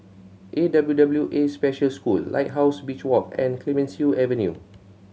A W W A Special School Lighthouse Beach Walk and Clemenceau Avenue